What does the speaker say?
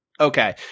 Okay